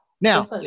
Now